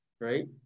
right